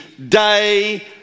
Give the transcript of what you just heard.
day